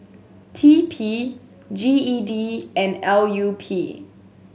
T P G E D and L U P